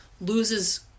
loses